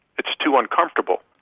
it's too uncomfortable.